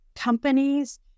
Companies